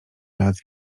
raz